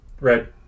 Red